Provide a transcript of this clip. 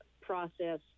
process